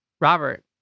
Robert